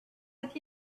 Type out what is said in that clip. with